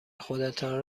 خودتان